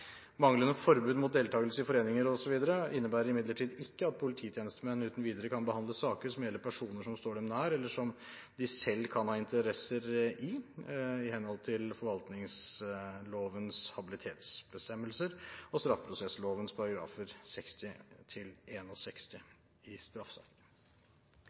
Manglende forbud mot deltakelse i foreninger osv. innebærer imidlertid ikke at polititjenestemenn uten videre kan behandle saker som gjelder personer som står dem nær, eller som de selv kan ha interesser i, i henhold til forvaltningslovens habilitetsbestemmelser og